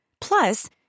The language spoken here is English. Plus